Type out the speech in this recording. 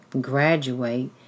graduate